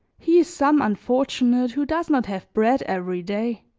he is some unfortunate who does not have bread every day.